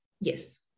Yes